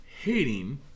hating